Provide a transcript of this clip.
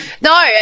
No